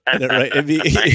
right